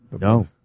no